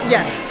Yes